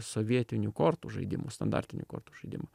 sovietinių kortų žaidimų standartinių kortų žaidimų